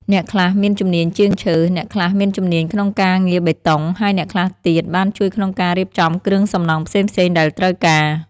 អ្នកខ្លះមានជំនាញជាងឈើ អ្នកខ្លះមានជំនាញក្នុងការងារបេតុង ហើយអ្នកខ្លះទៀតបានជួយក្នុងការរៀបចំគ្រឿងសំណង់ផ្សេងៗដែលត្រូវការ។